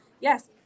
Yes